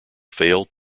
failed